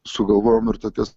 sugalvojom ir tokias